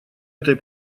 этой